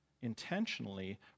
intentionally